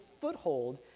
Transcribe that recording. foothold